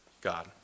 God